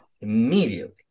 immediately